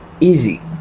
easy